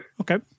Okay